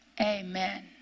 Amen